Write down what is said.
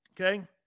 Okay